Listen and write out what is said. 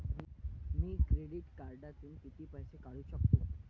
मी credit कार्डातून किती पैसे काढू शकतो?